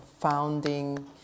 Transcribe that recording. founding